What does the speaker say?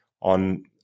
on